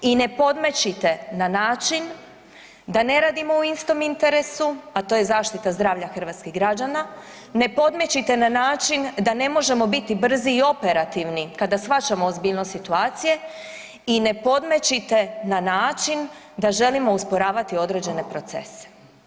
I ne podmećite na način da ne radimo u istom interesu, a to je zaštita zdravlja hrvatskih građana, ne podmećite na način da ne možemo biti brzi i operativni kada shvaćamo ozbiljnost situacije i ne podmećite na način da želimo usporavati određene procese.